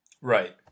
Right